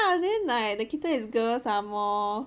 and then like the kitten is girl some more